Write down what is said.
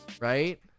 right